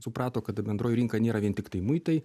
suprato kad ta bendroji rinka nėra vien tiktai muitai